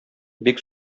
бик